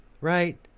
Right